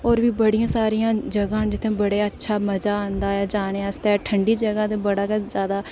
होर बी बड़ियां सारियां जगहां न जित्थें बड़े अच्छा मज़ा आंदा ऐ जाने आस्तै ठंड़ी जगह ते जादै गै मज़ा